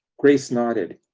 grace nodded.